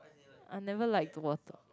I never liked water